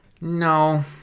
No